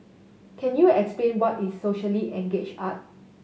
can you explain what is socially engage art